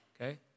okay